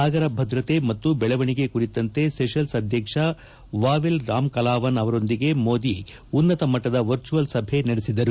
ಸಾಗರ ಭದ್ರತೆ ಮತ್ತು ಬೆಳವಣಿಗೆ ಕುರಿತಂತೆ ಸೆಷಲ್ ಅಧ್ಯಕ್ಷ ವಾವೆಲ್ ರಾಮ್ಕಲಾವಾನ್ ಅವರೊಂದಿಗೆ ಮೋದಿ ಉನ್ನತ ಮಟ್ಟದ ವರ್ಚಿವಲ್ ಸಭೆ ನಡೆಸಿದರು